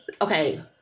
okay